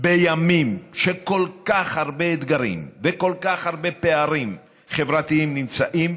בימים שכל כך הרבה אתגרים וכל כך הרבה פערים חברתיים נמצאים,